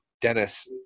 Dennis –